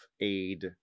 aid